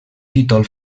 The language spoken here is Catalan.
títol